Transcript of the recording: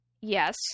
yes